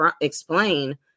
explain